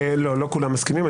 לא, לא כולם מסכימים.